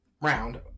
round